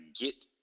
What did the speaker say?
get